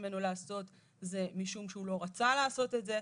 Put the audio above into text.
ממנו לעשות משום שהוא לא רצה לעשות את זה,